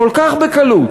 כל כך בקלות,